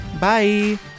Bye